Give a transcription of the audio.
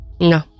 No